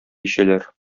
эчәләр